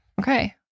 Okay